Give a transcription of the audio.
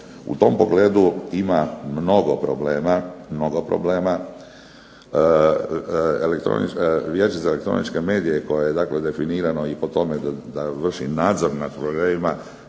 U tom pogledu ima mnogo problema, Vijeće za elektroničke medije koje je definirano i po tome da vrši nadzor nad problemima